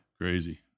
Crazy